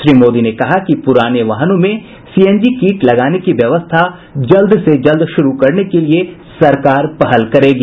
श्री मोदी ने कहा कि पुराने वाहनों में सीएनजी कीट लगाने की व्यवस्था जल्द से जल्द शुरू करने के लिए भी सरकार पहल करेगी